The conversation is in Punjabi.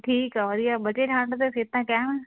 ਠੀਕ ਆ ਵਧੀਆ ਬਚੇ ਠੰਡ ਤੋਂ ਸਿਹਤਾਂ ਕੈਮ ਆ